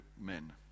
men